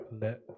let